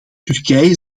turkije